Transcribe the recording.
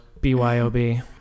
BYOB